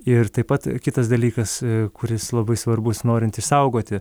ir taip pat kitas dalykas kuris labai svarbus norint išsaugoti